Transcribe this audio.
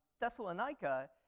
Thessalonica